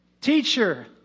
Teacher